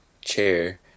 chair